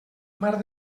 marc